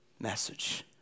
message